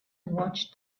watched